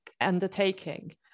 undertaking